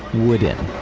wooden.